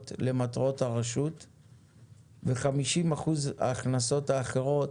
במרתון הדיונים שלנו בחוק ההסדרים והתקציב,